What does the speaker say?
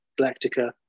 Galactica